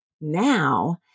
Now